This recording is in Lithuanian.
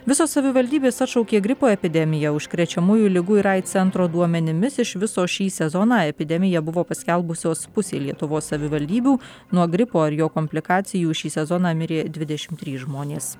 visos savivaldybės atšaukė gripo epidemiją užkrečiamųjų ligų ir aids centro duomenimis iš viso šį sezoną epidemiją buvo paskelbusios pusė lietuvos savivaldybių nuo gripo ar jo komplikacijų šį sezoną mirė dvidešim trys žmonės